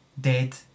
dead